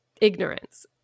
ignorance